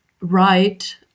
right